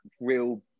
real